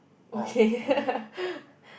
okay